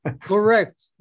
Correct